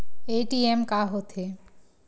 ATM का होथे?